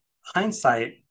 hindsight